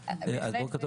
בהחלט.